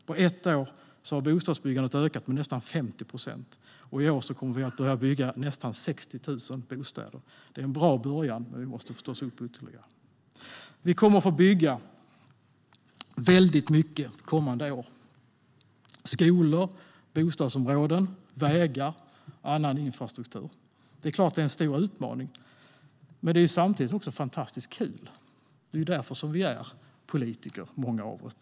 På ett år har bostadsbyggandet ökat med nästan 50 procent, och i år kommer vi att börja bygga nästan 60 000 bostäder. Det är en bra början, men vi måste förstås upp ytterligare. Vi kommer att få bygga väldigt mycket kommande år: skolor, bostadsområden, vägar och annan infrastruktur. Det är klart att det är en stor utmaning, men det är samtidigt också fantastiskt kul. Det är ju därför vi är politiker, åtminstone många av oss.